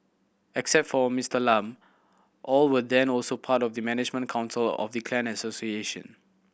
except for Mister Lam all were then also part of the management council of the clan association